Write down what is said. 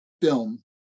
film